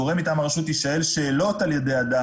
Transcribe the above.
הגורם מטעם הרשות יישאל שאלות על ידי אדם,